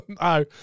No